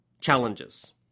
challenges